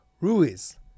Ruiz